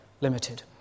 limited